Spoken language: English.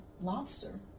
lobster